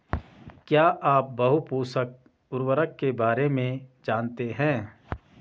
क्या आप बहुपोषक उर्वरक के बारे में जानते हैं?